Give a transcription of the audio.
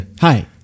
Hi